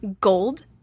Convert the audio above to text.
gold